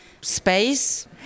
space